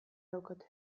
daukate